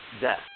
death